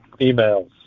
emails